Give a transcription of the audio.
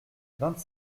vingt